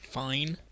fine